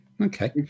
Okay